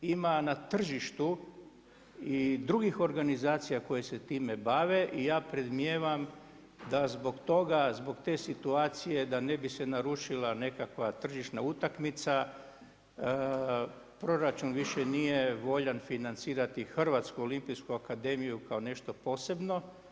Ima na tržištu i drugih organizacija koje se time bave i ja predmijevam da zbog toga, zbog te situacije da ne bi se narušila nekakva tržišna utakmica proračun više nije volja financirati Hrvatsku olimpijsku akademiju kao nešto posebno.